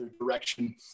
direction